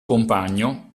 compagno